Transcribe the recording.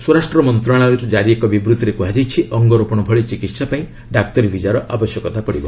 ସ୍ୱରାଷ୍ଟ୍ର ମନ୍ତ୍ରଣାଳୟର କାରି ଏକ ବିବୃତ୍ତିରେ କୁହାଯାଇଛି ଅଙ୍ଗରୋପଣ ଭଳି ଚିକିହା ପାଇଁ ଡାକ୍ତରୀ ଭିଜାର ଆବଶ୍ୟକତା ପଡିବ